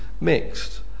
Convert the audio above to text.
mixed